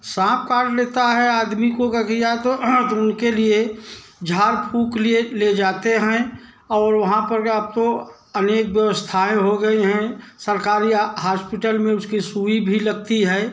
साँप काट लेता है आदमी को तो तो उनके लिए झाड़ फूँक के लिए ले जाते हैं और वहाँ पर अब तो अनेक व्यवस्थाएँ हो गई हैं सरकारी हॉस्पिटल में उसकी सुई भी लगती है